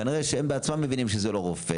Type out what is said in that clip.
כנראה שהם בעצמם מבינים שזה לא רופא